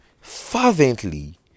fervently